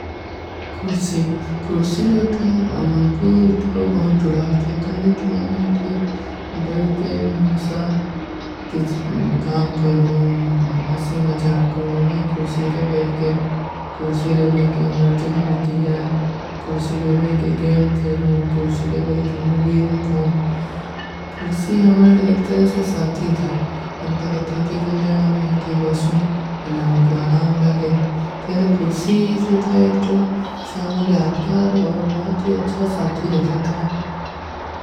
କୁର୍ଶୀ, କୁର୍ଶୀ ଅମାଂକୋ ଅଥା ବହୁତ ଜୁଡା ଥା କଲେ କି ଅମେଂ ଅଥୀ ଭାଈ କେ ହମେସା କୀଛ କାମ କରୂଁ, ଅସୀ ମଜା କରୂଁ, ଆଈ କୁର୍ଶୀ ରେ ଭାଈ କେ, କୁର୍ଶୀ ରେ ଭାଈ କେ ଅମର ଦିନ ବିଠୀ ହୈ, କୁର୍ଶୀ ରେ ଭାଈ କେ ଗେମ ଖେଲୂ, କୁର୍ଶୀ ରେ ଭାଈ କେ ମୂଵୀ ଲଖୂ କୁର୍ଶୀ ଜୋ ଥା ଏକ ତରହ ସେ ସାଥୀ ଥା, ଜିନତେ କେ ଠକୀ କେ ଲିଏ ଅମେଂ ଅଥୀ ବାସୂଁ, ଅଲେ ହମେଂ କୋ ଆରାମ ଲାଗେ, ତେଲା କୁର୍ଶୀ ଜୋ ଥା ଏକ ତରହ ସେ ଅମର ଯାଦକାର ଔର ବହୁତ ଯୀ ଅଚ୍ଛା ସାଥୀ ଲଖେ ଥା।